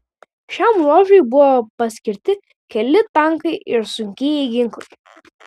šiam ruožui buvo paskirti keli tankai ir sunkieji ginklai